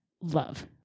love